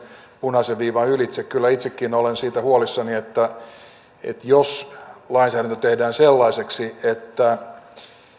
punaisen viivan ylitse kyllä itsekin olen siitä huolissani jos lainsäädäntö tehdään sellaiseksi että